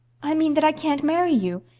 i mean that i can't marry you,